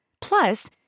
Plus